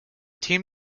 team